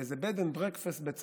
באיזה bed and breakfast בצרפת,